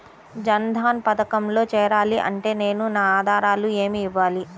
జన్ధన్ పథకంలో చేరాలి అంటే నేను నా ఆధారాలు ఏమి ఇవ్వాలి?